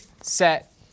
set